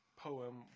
Poem